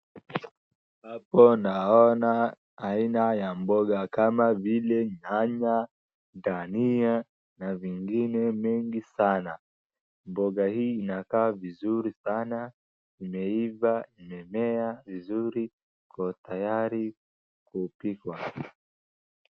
Hapo naona aina ya boga kama vile nyanya, dania na vingine mengi sana. Boga hii inakaa vizuri sana imeiva ,imemea vizuri iko tayari kupikwa.